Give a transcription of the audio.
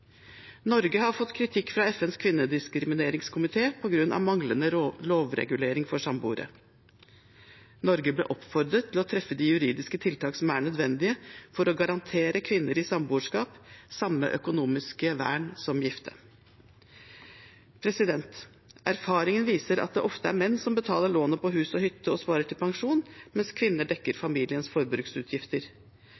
Norge har fått kritikk fra FNs kvinnediskrimineringskomité på grunn av manglende lovregulering for samboere. Norge ble oppfordret til å treffe de juridiske tiltak som er nødvendig for å garantere kvinner i samboerskap samme økonomiske vern som gifte. Erfaringen viser at det ofte er menn som betaler lånet på hus og hytte og sparer til pensjon, mens kvinner dekker